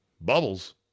Bubbles